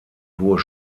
hohe